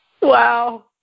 Wow